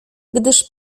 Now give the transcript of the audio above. gdyż